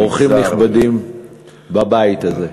אורחים נכבדים בבית הזה.